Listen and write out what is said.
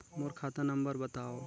मोर खाता नम्बर बताव?